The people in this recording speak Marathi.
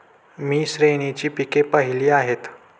मी श्रेणीची पिके पाहिली आहेत